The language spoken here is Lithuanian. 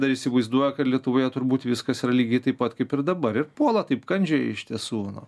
dar įsivaizduoja kad lietuvoje turbūt viskas yra lygiai taip pat kaip ir dabar ir puola taip kandžiai iš tiesų nu